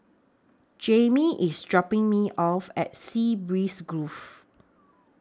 Jamie IS dropping Me off At Sea Breeze Grove